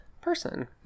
person